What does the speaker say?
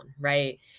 right